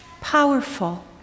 Powerful